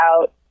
out